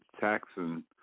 taxing